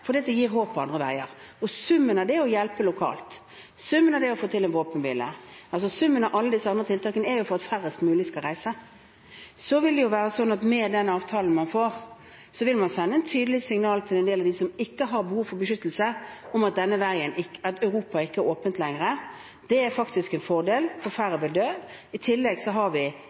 gir håp andre veien. Summen av det å hjelpe lokalt, å få til en våpenhvile og alle disse andre tiltakene er at færrest mulig skal reise. Så vil man med den avtalen man får, sende tydelige signaler til en del av dem som ikke har behov for beskyttelse, om at Europa ikke er åpent lenger. Det er faktisk en fordel, for færre vil dø. I tillegg har vi